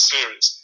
Series